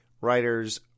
writers